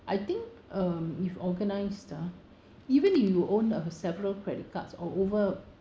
I think um if organized ah even if you own uh several credit cards or over